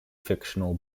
fictional